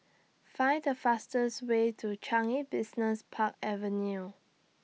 Find The fastest Way to Changi Business Park Avenue